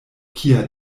kia